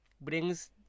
brings